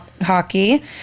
hockey